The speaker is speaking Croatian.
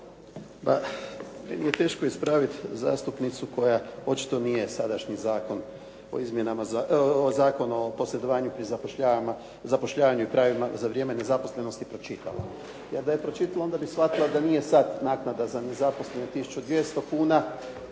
Meni je teško ispraviti zastupnicu koja očito nije sadašnji Zakon o posredovanju pri zapošljavanju i pravima za vrijeme nezaposlenosti pročitala. Jer da je pročitala onda bi shvatila da nije sad naknada za nezaposlene 1200 kuna,